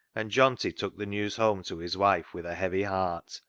and johnty took the news home to his wife with a heavy heart,